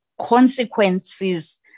consequences